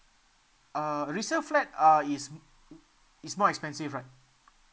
uh resale flat uh is mm mm is more expensive right